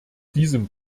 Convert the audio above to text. diesem